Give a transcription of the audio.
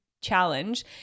challenge